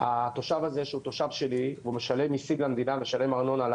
יש צו איסור פרסום ואני מקפיד לא